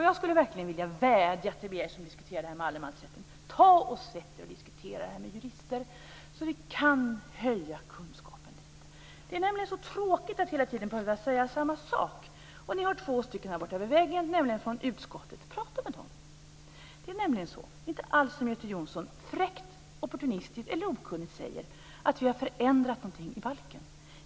Jag skulle verkligen vilja vädja till er som diskuterar allemansrätten: Sätt er och diskutera det här med jurister, så att vi kan öka kunskapen! Det är nämligen så tråkigt att hela tiden behöva säga samma sak. Det finns här borta vid väggen två personer från utskottet, och jag tycker att ni ska prata med dem. Det är inte alls så som Göte Jonsson - fräckt, opportunistiskt eller okunnigt - säger, att vi har förändrat någonting i balken.